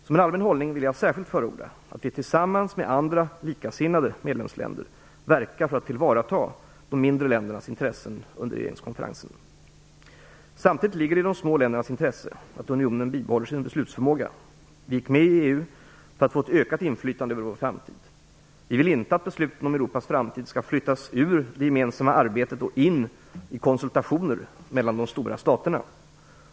Som en allmän hållning vill jag särskilt förorda att vi tillsammans med andra likasinnade medlemsländer verkar för att tillvarata de mindre ländernas intressen under regeringskonferensen. Samtidigt ligger det i de små ländernas intresse att unionen bibehåller sin beslutsförmåga. Vi gick med i EU för att få ett ökat inflytande över vår framtid. Vi vill inte att besluten om Europas framtid skall flyttas ur det gemensamma arbetet och in i konsultationen mellan de stora staterna.